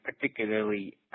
particularly